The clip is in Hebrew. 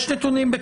יש נתונים?